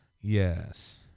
Yes